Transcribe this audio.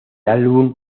álbum